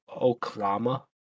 Oklahoma